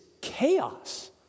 chaos